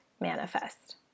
manifest